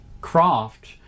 craft